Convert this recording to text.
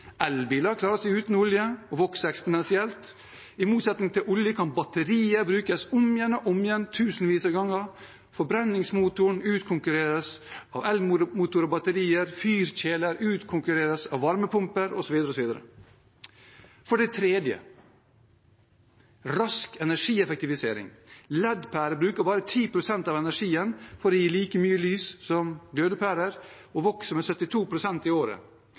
Elbiler klarer seg uten olje og vokser eksponentielt. I motsetning til olje kan batterier brukes om igjen og om igjen, tusenvis av ganger. Forbrenningsmotoren utkonkurreres av elmotorer og batterier. Fyrkjeler utkonkurreres av varmepumper, osv. For det tredje er det rask energieffektivisering. LED-pærebruk trenger bare 10 pst. av energien for å gi like mye lys som glødepærer, og vokser med 72 pst. i året.